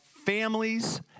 families